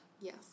Yes